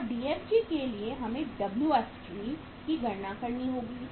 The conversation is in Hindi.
और DFG के लिए हमें WFG की गणना करनी होगी